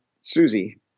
Susie